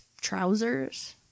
trousers